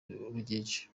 rugege